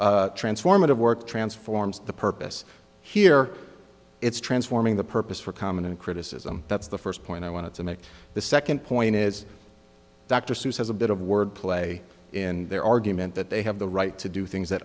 form transformative work transforms the purpose here it's transforming the purpose for common criticism that's the first point i want to make the second point is dr seuss has a bit of wordplay in their argument that they have the right to do things that